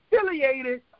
affiliated